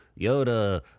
Yoda